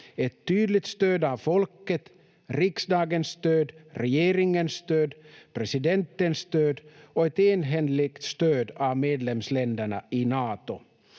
ett tydligt stöd av folket, riksdagens stöd, regeringens stöd, presidentens stöd och ett enhälligt stöd av medlemsländerna i Nato.